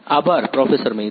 આભાર પ્રોફેસર મૈતી